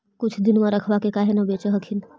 कुछ दिनमा रखबा के काहे न बेच हखिन?